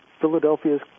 Philadelphia's